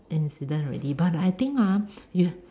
incident already but I think hor you